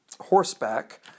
horseback